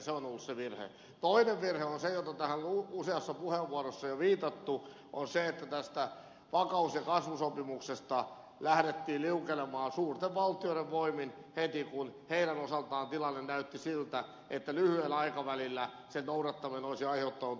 toinen virhe on se johon useassa puheenvuorossa on jo viitattu että tästä vakaus ja kasvu sopimuksesta lähdettiin liukenemaan suurten valtioiden voimin heti kun niiden osalta tilanne näytti siltä että lyhyellä aikavälillä sen noudattaminen olisi aiheuttanut ongelmia